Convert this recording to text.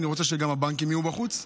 אני רוצה שגם הבנקים יהיו בחוץ.